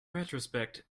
retrospect